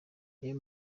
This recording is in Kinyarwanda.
niyo